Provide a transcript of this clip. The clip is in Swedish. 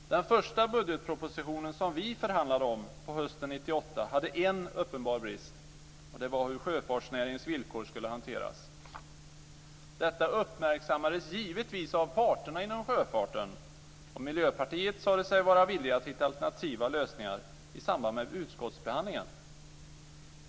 Fru talman! Den första budgetpropositionen som vi förhandlade om, på hösten 1998, hade en uppenbar brist. Det var hur sjöfartsnäringens villkor skulle hanteras. Detta uppmärksammades givetvis av parterna inom sjöfarten, och Miljöpartiet sade sig vara villigt att hitta alternativa lösningar i samband med utskottsbehandlingen.